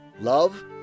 love